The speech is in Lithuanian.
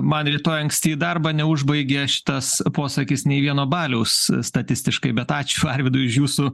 man rytoj anksti į darbą neužbaigė šitas posakis nei vieno baliaus statistiškai bet ačiū arvydui už jūsų